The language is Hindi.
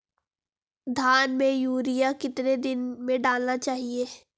धान में यूरिया कितने दिन में डालना चाहिए?